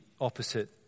opposite